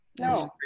No